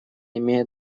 имеет